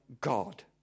God